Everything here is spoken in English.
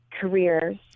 careers